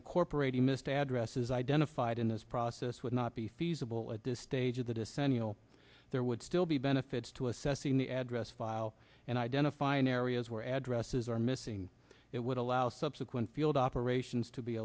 incorporating missed addresses identified in this process would not be feasible at this stage of the descending there would still be benefits to assessing the address file and identifying areas where addresses are missing it would allow subsequent field operations to be